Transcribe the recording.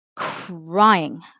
crying